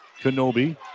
Kenobi